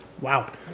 Wow